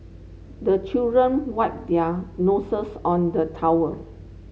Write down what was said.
the children wipe their noses on the towel